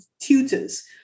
tutors